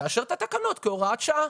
תאשר את התקנות כהוראת שעה.